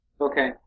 Okay